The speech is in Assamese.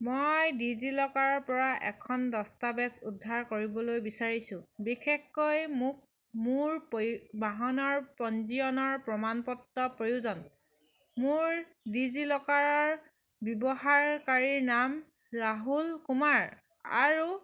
মই ডিজি লকাৰৰ পৰা এখন দস্তাবেজ উদ্ধাৰ কৰিবলৈ বিচাৰিছোঁ বিশেষকৈ মোক মোৰ প বাহনৰ পঞ্জীয়নৰ প্ৰমাণপত্ৰ প্ৰয়োজন মোৰ ডিজি লকাৰৰ ব্যৱহাৰকাৰীৰ নাম ৰাহুল কুমাৰ আৰু